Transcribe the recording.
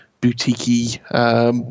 boutique-y